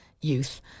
youth